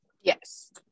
Yes